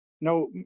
No